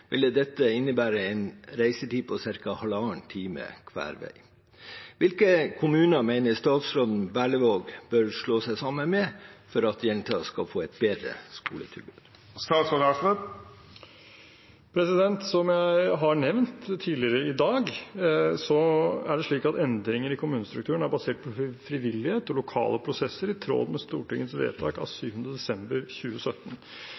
dette innebære en reisetid på ca. halvannen time hver vei. Hvilke kommuner mener statsråden Berlevåg bør slå seg sammen med for at jenta skal få et bedre skoletilbud?» Som jeg har nevnt tidligere i dag, er det slik at endringer i kommunestrukturen er basert på frivillighet og lokale prosesser i tråd med Stortingets vedtak av 7. desember 2017.